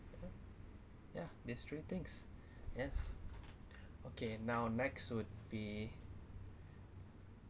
ya these three things yes okay now next would be